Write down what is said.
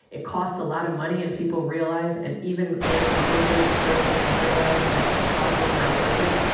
it costs a lot of money, and people realize and even very conservative jurisdictions realize that the cost is not worth it.